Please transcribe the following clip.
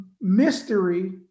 mystery